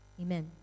Amen